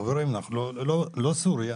חברים, אנחנו לא סוריה.